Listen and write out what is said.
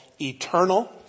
eternal